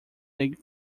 league